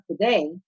today